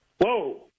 Whoa